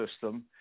system